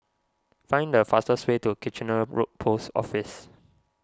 find the fastest way to Kitchener Road Post Office